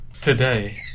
Today